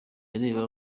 areba